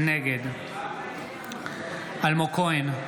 נגד אלמוג כהן,